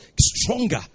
stronger